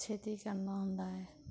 ਛੇਤੀ ਕਰਨਾ ਹੁੰਦਾ ਹੈ